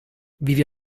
vive